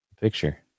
picture